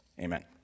Amen